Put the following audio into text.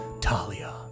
Talia